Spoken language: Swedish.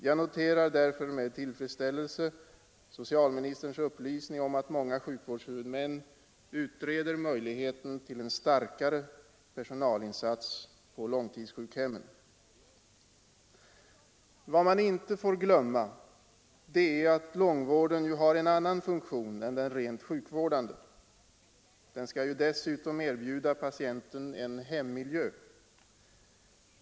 Jag noterar därför med tillfredsställelse socialministerns upplysning om att många sjukvårdshuvudmän utreder möjligheten till en starkare personalinsats på långtidssjukhemmen. Vad man inte får glömma är att långvården ju har en annan funktion än den rent sjukvårdande. Den skall ju dessutom erbjuda patienten en hemmiljö.